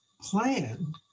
plan